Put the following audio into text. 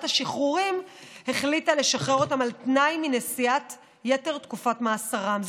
השחרורים החליטה לשחרר אותם על תנאי מנשיאת יתר תקופת מאסרם.